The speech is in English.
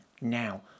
Now